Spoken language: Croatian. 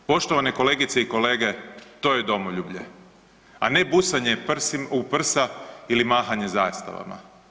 Poštovane kolegice i kolege, to je domoljublje, a ne busanje u prsa ili mahanje zastavama.